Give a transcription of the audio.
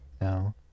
No